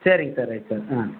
சரிங்க sir right sir ஆ